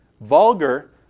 Vulgar